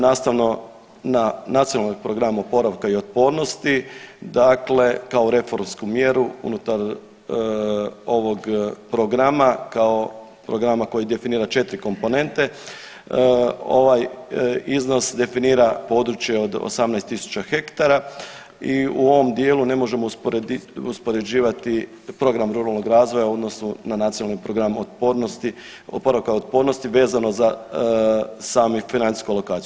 Nastavno na Nacionalni program oporavka i otpornosti dakle kao reformsku mjeru unutar ovoga programa kao programa koji definira 4 komponente ovaj iznos definira područje od 18.000 hektara i u ovom djelu ne možemo uspoređivati program ruralnog razvoja u odnosu na Nacionalni program otpornosti, oporavka i otpornosti vezano za samu financijsku alokaciju.